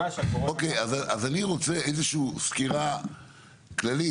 אני רוצה איזושהי סקירה כללית.